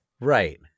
Right